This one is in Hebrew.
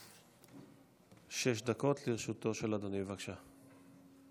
שש דקות לרשות אדוני, בבקשה.